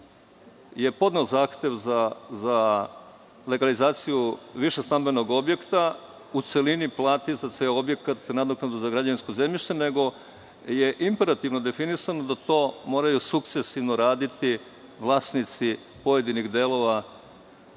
je podneo zahtev za legalizacije višestambenog objekta u celini plati za ceo objekat nadoknadu za građevinsko zemljište, nego je imperativno definisano da to moraju sukcesivno raditi vlasnici pojedinih delova